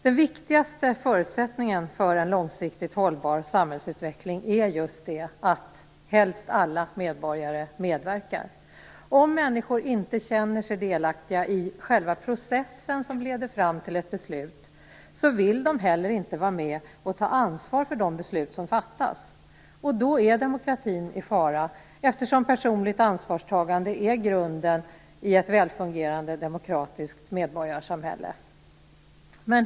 Den viktigaste förutsättningen för en långsiktigt hållbar samhällsutveckling är just det att helst alla medborgare medverkar. Om människor inte känner sig delaktiga i själva processen som leder fram till ett beslut, vill de heller inte vara med och ta ansvar för de beslut som fattas. Då är demokratin i fara, eftersom personligt ansvarstagande är grunden i ett välfungerande demokratiskt medborgarsamhälle.